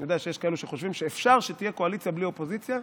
אני יודע שיש כאלו שחושבים שאפשר שתהיה קואליציה בלי אופוזיציה.